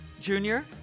Junior